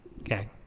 Okay